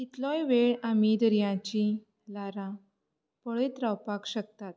कितलोय वेळ आमी दर्याचीं ल्हारां पळयत रावपाक शकतात